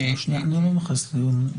--- אני לא נכנס עכשיו לדיון הזה.